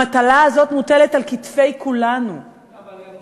המטלה הזאת מוטלת על כתפי כולנו, מאוחר כבר.